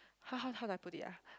how how how do I put it ah